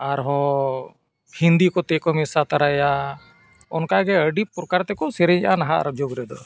ᱟᱨᱦᱚᱸ ᱦᱤᱱᱫᱤ ᱠᱚᱛᱮ ᱠᱚ ᱢᱮᱥᱟ ᱛᱟᱨᱟᱭᱟ ᱚᱱᱠᱟᱜᱮ ᱟᱹᱰᱤ ᱯᱨᱚᱠᱟᱨ ᱛᱮᱠᱚ ᱥᱮᱨᱮᱧᱟ ᱱᱟᱦᱟᱜ ᱡᱩᱜᱽ ᱨᱮᱫᱚ